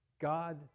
God